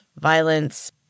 violence